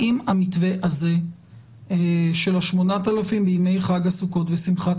האם המתווה הזה של ה-8,000 בימי חג הסוכות ובשמחת